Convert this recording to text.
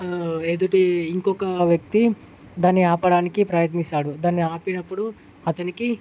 ఎదుటి ఇంకొక వ్యక్తి దాన్ని ఆపడానికి ప్రయత్నిస్తాడు దాన్ని ఆపినప్పుడు అతనికి